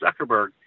Zuckerberg